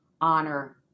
honor